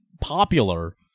popular